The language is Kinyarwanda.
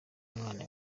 umwana